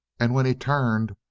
and when he turned,